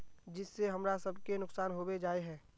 जिस से हमरा सब के नुकसान होबे जाय है?